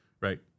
right